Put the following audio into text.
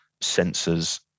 sensors